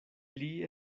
pli